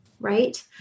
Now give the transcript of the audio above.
right